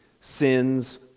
sins